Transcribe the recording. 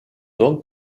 donc